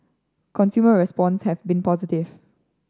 consumer response have been positive